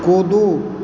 कूदू